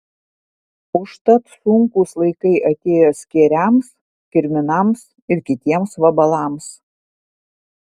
užtat sunkūs laikai atėjo skėriams kirminams ir kitiems vabalams